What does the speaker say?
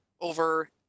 over